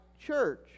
church